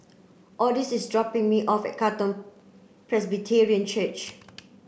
Odis is dropping me off at Katong Presbyterian Church